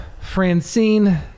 Francine